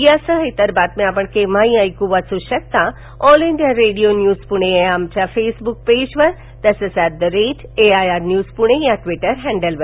यासह इतर बातम्या आपण केव्हाही वाचू ऐकू शकता all India radio news Pune या आमच्या फेसबुक पेजवर तसंच at A I R news Pune या ट्विटर हॅडलवर